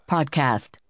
Podcast